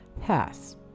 pass